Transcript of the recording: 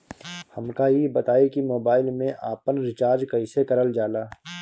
हमका ई बताई कि मोबाईल में आपन रिचार्ज कईसे करल जाला?